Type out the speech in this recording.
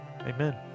Amen